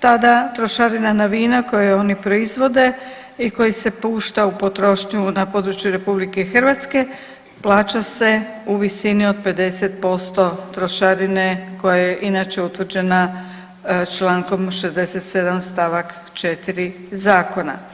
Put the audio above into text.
tada trošarina na vina koja oni proizvode i koji se pušta u potrošnju na području RH plaća se u visini od 50% trošarine koja je inače utvrđena čl. 67. st. 4. zakona.